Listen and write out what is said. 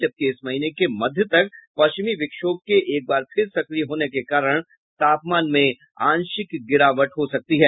जबकि इस महीने के मध्य तक पश्चिमी विक्षोभ के एक बार फिर सक्रिय होने के कारण तापमान में आंशिक गिरावट हो सकती है